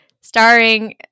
starring